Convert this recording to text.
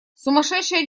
сумасшедшая